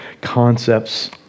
concepts